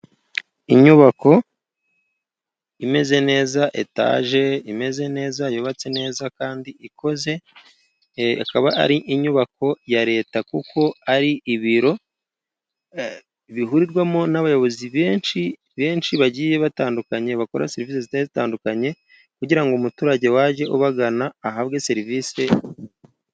Inyubako imeze neza, etaje imeze neza ,yubatse neza kandi ikoze ,ikaba ari inyubako ya leta ,kuko ari ibiro bihurirwamo n'abayobozi benshi, benshi bagiye batandukanye bakora serivisi zitandukanye, kugira ngo umuturage waje ubagana ahabwe serivisi.